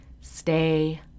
stay